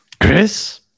Chris